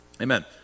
Amen